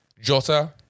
Jota